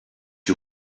you